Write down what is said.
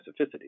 specificity